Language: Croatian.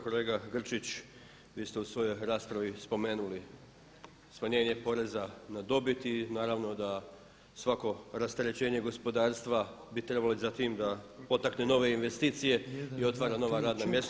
Kolega Grčić, vi ste u svojoj raspravi spomenuli smanjenje poreza na dobit i naravno da svako rasterećenje gospodarstva bi trebalo ići za tim da potakne nove investicije i otvara nova radna mjesta.